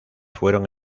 fueron